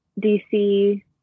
DC